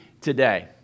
today